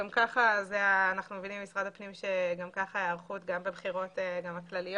גם כך אנחנו מבינים ממשרד הפנים שכך הייתה ההיערכות גם בבחירות כלליות.